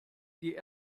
die